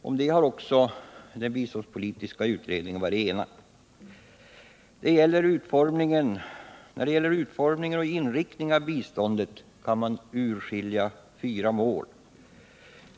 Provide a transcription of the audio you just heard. Härom har också den biståndspolitiska utredningen varit enig. När det gäller utformningen och inriktningen av biståndet kan man utskilja fyra mål.